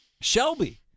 Shelby